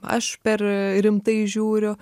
aš per rimtai žiūriu